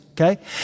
okay